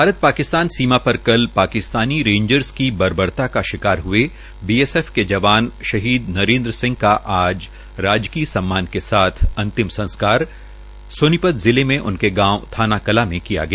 भारत पाकिस्तान सीमा पर कल पाकिस्तान का बर्बरता का शिकार हए बीएसएफ के जवान शहीदी नरेन्द्र सिंह हका आज राजकीय सम्मान के साथ अंतिम संस्कार सोनीपत जिले के उनके पैतृक गांव धानाकलां में किया गया